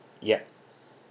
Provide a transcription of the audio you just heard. yup